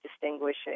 distinguishing